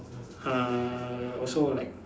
uh also like